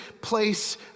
place